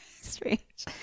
Strange